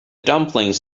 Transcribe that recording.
dumplings